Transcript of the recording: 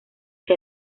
que